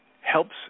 helps